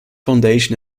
foundation